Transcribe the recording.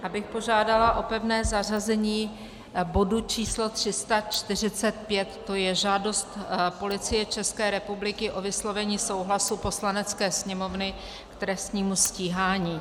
Abych požádala o pevné zařazení bodu č. 345, to je Žádost Policie České republiky o vyslovení souhlasu Poslanecké sněmovny k trestnímu stíhání.